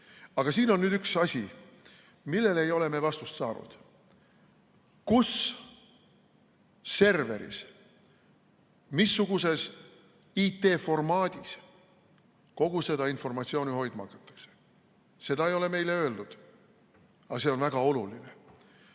Aga siin on üks asi, millele ei ole vastust saanud. Kus serveris, missuguses IT‑formaadis kogu seda informatsiooni hoidma hakatakse, seda ei ole meile öeldud. See on väga oluline.